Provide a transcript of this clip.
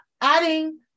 adding